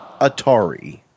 Atari